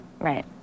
Right